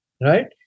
right